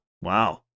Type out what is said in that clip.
Wow